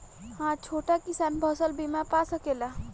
हा छोटा किसान फसल बीमा पा सकेला?